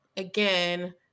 Again